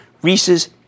Reese's